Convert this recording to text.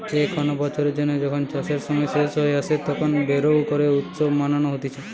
যে কোনো বছরের জন্য যখন চাষের সময় শেষ হয়ে আসে, তখন বোরো করে উৎসব মানানো হতিছে